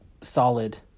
solid